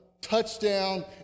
touchdown